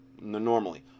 normally